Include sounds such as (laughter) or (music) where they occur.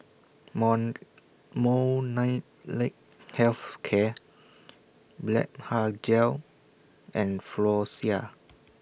(unintelligible) Health Care Blephagel and Floxia